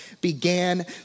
began